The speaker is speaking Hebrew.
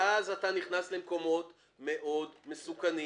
ואז אתה נכנס למקומות מאוד מסוכנים,